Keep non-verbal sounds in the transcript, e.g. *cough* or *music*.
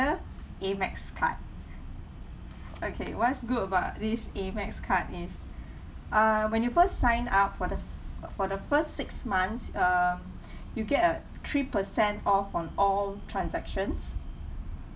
Amex card okay what is good about this Amex card is *breath* uh when you first sign up for the f~ for the first six months um *breath* you get a three percent off on all transactions